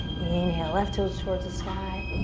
inhale, left toes towards the sky,